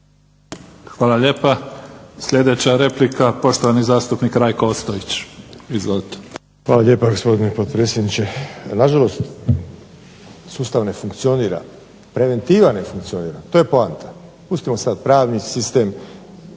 Hvala lijepa. Sljedeća replika, poštovani zastupnik Rajko Ostojić. Izvolite. **Ostojić, Rajko (SDP)** Hvala lijepa gospodine potpredsjedniče. Nažalost, sustav ne funkcionira, preventiva ne funkcionira to je poanta. Pustimo sad pravni sistem,